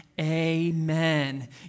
amen